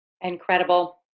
Incredible